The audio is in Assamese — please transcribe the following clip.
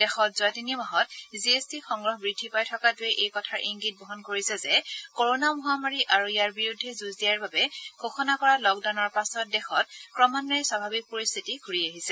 দেশত যোৱা তিনিমাহত জিএছটি সংগ্ৰহ বৃদ্ধি পাই থকাটোৱে এই কথাৰ ইংগিত বহন কৰিছে যে কৰনা মহামাৰী আৰু ইয়াৰ বিৰুদ্ধে যুঁজ দিয়াৰ বাবে ঘোষণা কৰা লকডাউনৰ পাছত দেশত ক্ৰমান্বয়ে স্বাভাৱিক পৰিস্থিতি ঘূৰি আহিছে